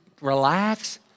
relax